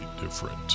different